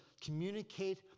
communicate